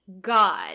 God